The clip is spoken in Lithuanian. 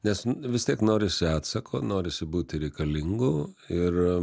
nes vis tiek norisi atsako norisi būti reikalingu ir